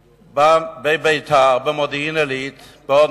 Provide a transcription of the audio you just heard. בביתר, במודיעין-עילית ובעוד